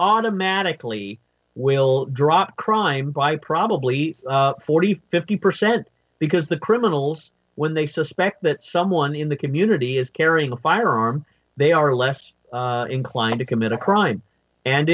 automatically will drop crime by probably forty fifty percent because the criminals when they suspect that someone in the community is carrying a firearm they are less inclined to commit a crime and